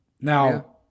Now